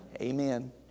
Amen